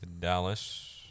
Dallas